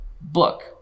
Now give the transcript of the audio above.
book